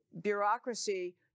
bureaucracy